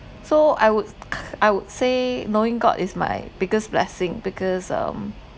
so I would I would say knowing god is my biggest blessing because um